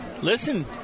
listen